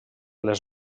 les